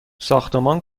ساختمان